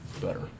better